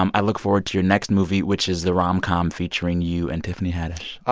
um i look forward to your next movie, which is the rom-com featuring you and tiffany haddish oh,